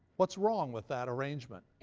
what's wrong with that arrangement?